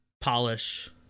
polish